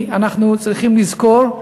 אנחנו צריכים לזכור,